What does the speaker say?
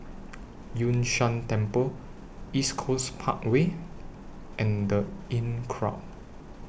Yun Shan Temple East Coast Parkway and The Inncrowd